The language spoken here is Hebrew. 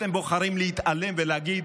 אתם בוחרים להתעלם ולהגיד: